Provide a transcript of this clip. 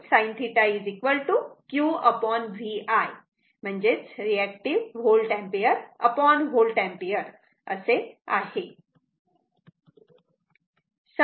तेव्हा sin θ QVI म्हणजेच म्हणजेच हे reactive volt ampere volt ampere असे आहे